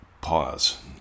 Pause